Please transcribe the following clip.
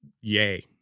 yay